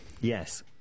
Yes